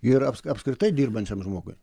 ir apskritai dirbančiam žmogui